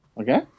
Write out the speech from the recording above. Okay